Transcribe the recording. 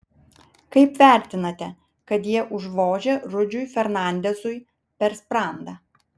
kaip vertinate kad jie užvožė rudžiui fernandezui per sprandą